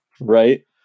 Right